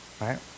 right